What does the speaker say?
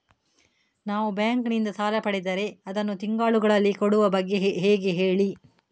ನಾವು ಬ್ಯಾಂಕ್ ನಿಂದ ಸಾಲ ಪಡೆದರೆ ಅದನ್ನು ತಿಂಗಳುಗಳಲ್ಲಿ ಕೊಡುವ ಬಗ್ಗೆ ಹೇಗೆ ಹೇಳಿ